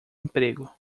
emprego